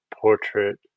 portrait